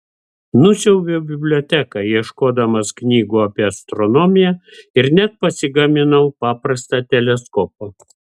nusiaubiau biblioteką ieškodamas knygų apie astronomiją ir net pasigaminau paprastą teleskopą